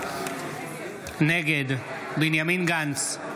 נגד בנימין גנץ,